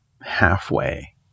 halfway